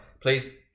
please